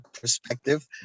perspective